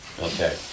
Okay